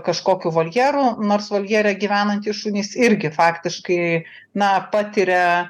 kažkokiu voljeru nors voljere gyvenantys šunys irgi faktiškai na patiria